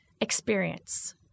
experience